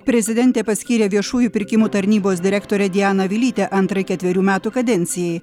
prezidentė paskyrė viešųjų pirkimų tarnybos direktorę dianą vilytę antrai ketverių metų kadencijai